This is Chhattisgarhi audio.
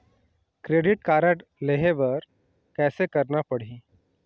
क्रेडिट कारड लेहे बर कैसे करना पड़ही?